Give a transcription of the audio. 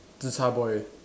zi char boy